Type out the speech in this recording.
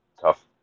tough